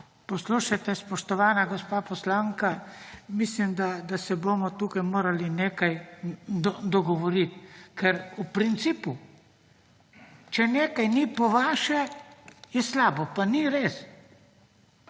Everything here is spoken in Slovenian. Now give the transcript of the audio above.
Poslušajte, spoštovana gospa poslanka, mislim, da se bomo tukaj morali nekaj dogovorit, ker, v principu, če nekaj ni po vaše, je slabo, pa ni res.